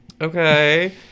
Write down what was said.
Okay